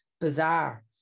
bizarre